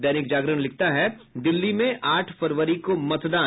दैनिक जागरण लिखता है दिल्ली में आठ फरवरी को मतदान